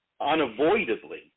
unavoidably